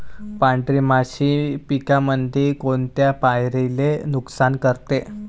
पांढरी माशी पिकामंदी कोनत्या पायरीले नुकसान करते?